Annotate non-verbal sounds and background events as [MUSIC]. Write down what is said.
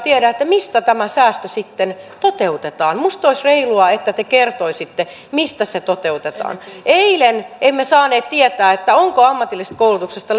[UNINTELLIGIBLE] tiedä mistä tämä säästö sitten toteutetaan minusta olisi reilua että te kertoisitte mistä se toteutetaan eilen emme saaneet tietää onko ammatillisesta koulutuksesta [UNINTELLIGIBLE]